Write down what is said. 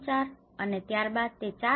4 અને ત્યારબાદ તે 4